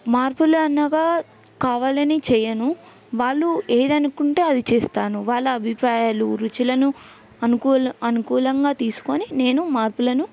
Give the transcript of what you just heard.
మార్పులు అన్నాక కావాలని చెయ్యను వాళ్ళు ఏది అనుకుంటే అది చేస్తాను వాళ్ళ అభిప్రాయాలు రుచులను అనుకూల అనుకూలంగా తీసుకొని నేను మార్పులను